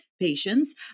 patients